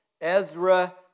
Ezra